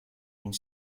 une